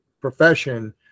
profession